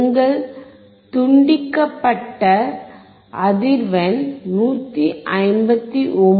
எங்கள் துண்டிக்கப்பட்ட அதிர்வெண் 159